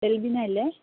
ഡെൽബിനയല്ലേ